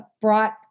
brought